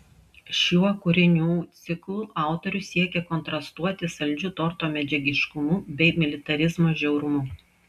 šiuo kūrinių ciklu autorius siekė kontrastuoti saldžiu torto medžiagiškumu bei militarizmo žiaurumu